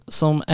som